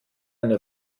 eine